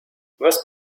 was